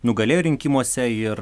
nugalėjo rinkimuose ir